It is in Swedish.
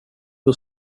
hur